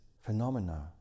phenomena